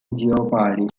jeopardy